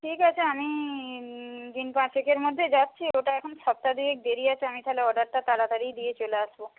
ঠিক আছে আমি দিন পাঁচেকের মধ্যে যাচ্ছি ওটা এখন সপ্তাহ দুয়েক দেরি আছে আমি তাহলে অর্ডারটা তাড়াতাড়িই দিয়ে চলে আসবো